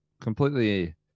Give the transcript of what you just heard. completely